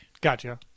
Gotcha